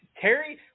Terry